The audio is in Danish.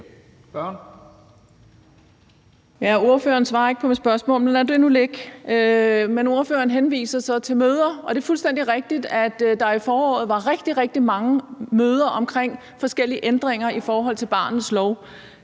Ordføreren svarer ikke på mit spørgsmål, men lad det nu ligge. Men ordføreren henviser så til møder, og det er fuldstændig rigtigt, at der i foråret var rigtig, rigtig mange møder omkring forskellige ændringer i forhold til barnets lov,